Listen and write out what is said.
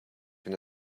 into